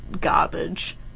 garbage